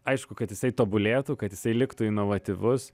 aišku kad jisai tobulėtų kad jisai liktų inovatyvus